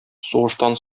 сугыштан